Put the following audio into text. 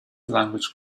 language